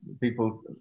people